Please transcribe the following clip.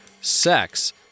sex